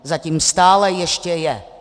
Zatím stále ještě je.